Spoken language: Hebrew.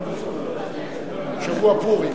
שבוע פורים.